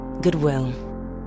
Goodwill